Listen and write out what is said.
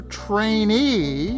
trainee